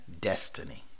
destiny